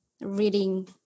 reading